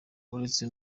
uretse